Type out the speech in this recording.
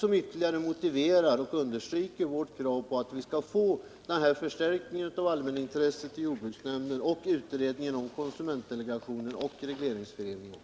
Dessa förändringar motiverar och understryker vårt krav på en förstärkning av allmänintresset i jordbruksnämnden liksom på en utredning om konsumentdelegationen och regleringsföreningarna.